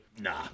nah